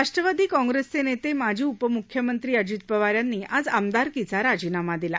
राष्ट्रवादी काँप्रेसचे नेते माजी उपमुख्यमंत्री अजित पवार यांनी आज आमदारकीचा राजीनामा दिला